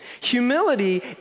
Humility